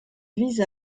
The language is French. vise